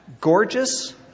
gorgeous